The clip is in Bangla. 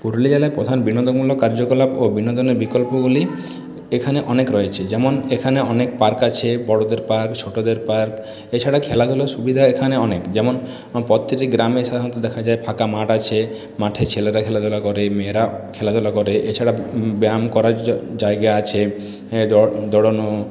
পুরুলিয়া জেলার প্রধান বিনোদনমূলক কার্যকলাপ ও বিনোদনের বিকল্পগুলি এখানে অনেক রয়েছে যেমন এখানে অনেক পার্ক আছে বড়োদের পার্ক ছোটোদের পার্ক এছাড়া খেলাধূলার সুবিধা এখানে অনেক যেমন প্রত্যেকটি গ্রামেই সাধারণত দেখা যায় ফাঁকা মাঠ আছে মাঠে ছেলেরা খেলাধুলা করে মেয়েরা খেলাধুলা করে এছাড়া ব্যায়াম করার জায়গা আছে দৌড়নো